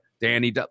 Danny